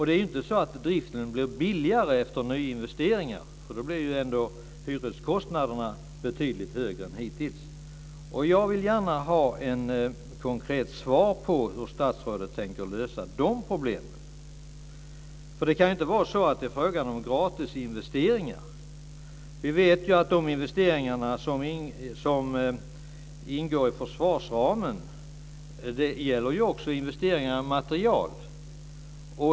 Det är ju inte så att driften blir billigare efter nyinvesteringar. Då blir ju ändå hyreskostnaderna betydligt högre än hittills. Jag vill gärna ha ett konkret svar på hur statsrådet tänker lösa de problemen. Det kan ju inte vara så att det är fråga om gratisinvesteringar. Vi vet att de investeringar som ingår i försvarsramen också gäller investeringar i materiel.